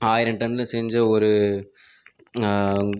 ஆயிரம் டன்னில் செஞ்ச ஒரு